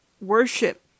worship